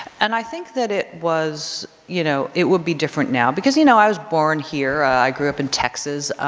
and i think that it was, you know, it would be different now. because, you know, i was born here. i grew up in texas.